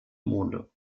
monde